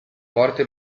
forte